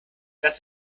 dass